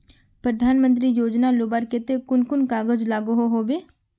प्रधानमंत्री योजना लुबार केते कुन कुन कागज लागोहो होबे?